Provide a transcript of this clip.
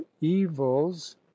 evils